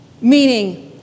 Meaning